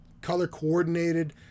color-coordinated